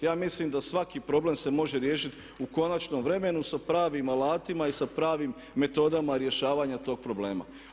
Ja mislim da svaki problem se može riješiti u konačnom vremenu sa pravim alatima i sa pravim metodama rješavanja tog problema.